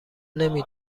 نمی